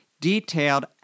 detailed